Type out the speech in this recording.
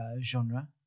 genre